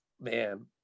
Man